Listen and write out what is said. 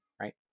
Right